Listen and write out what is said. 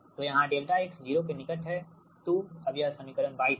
तोयहां ∆x 0 के निकट हैतो अब यह समीकरण 22 है